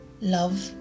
love